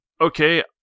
okay